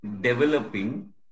developing